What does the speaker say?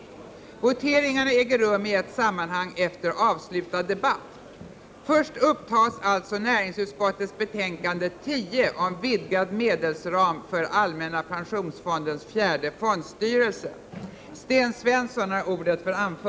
Voteringarna äger rum i ett sammanhang efter avslutad debatt. Först upptas alltså finansutskottets betänkande 6 om riktlinjer för den ekonomiska politiken på medellång sikt.